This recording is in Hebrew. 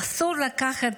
אסור לקחת